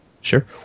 Sure